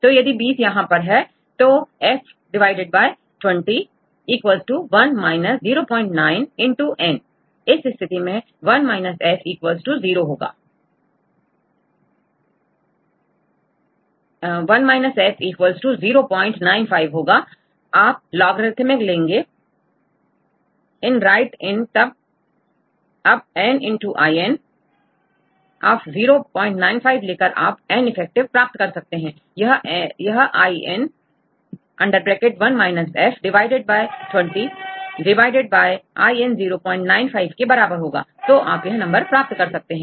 तो यदि 20 यहां है तोF 20 1 0 95 X NपावरN इस स्थिति में1 F 0 95पावरN होगा आप लोगरिथम लेंगे ln right lnअब N X ln of 095 लेकर आप N इफेक्टिव प्राप्त कर सकते हैं यहln 1 - F 20 divided by ln 095के बराबर होता है तो आप यह नंबर प्राप्त कर सकते हैं